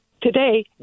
Today